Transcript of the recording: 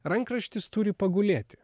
rankraštis turi pagulėti